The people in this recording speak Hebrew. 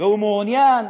והוא מעוניין